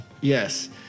Yes